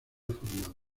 formada